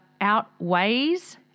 outweighs